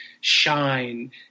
shine